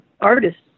artists